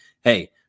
hey